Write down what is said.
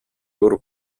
loro